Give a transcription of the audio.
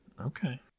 Okay